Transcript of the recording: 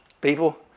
people